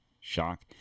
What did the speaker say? Shock